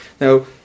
Now